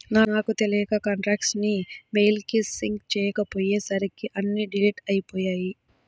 నాకు తెలియక కాంటాక్ట్స్ ని మెయిల్ కి సింక్ చేసుకోపొయ్యేసరికి అన్నీ డిలీట్ అయ్యిపొయ్యాయి